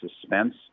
suspense